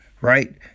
right